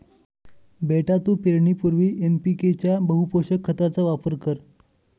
बेटा तू पेरणीपूर्वी एन.पी.के च्या बहुपोषक खताचा वापर कर